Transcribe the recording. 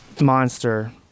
monster